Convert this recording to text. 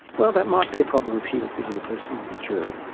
well, that might be a problem if he was the only person on the jury.